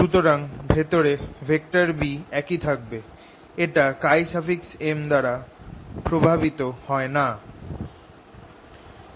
সুতরাং ভেতরে B একি থাকবে এটা M দ্বারা প্রভাবিত হয় না